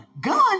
Gun